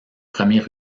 premiers